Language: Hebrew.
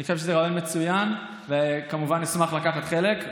אני חושב שזה רעיון מצוין וכמובן אשמח לקחת חלק.